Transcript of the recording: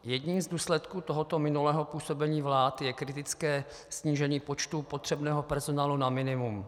Jedním z důsledků tohoto minulého působení vlád je kritické snížení počtu potřebného personálu na minimum.